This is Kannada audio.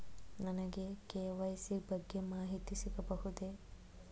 ನನಗೆ ಕೆ.ವೈ.ಸಿ ಬಗ್ಗೆ ಮಾಹಿತಿ ಸಿಗಬಹುದೇ?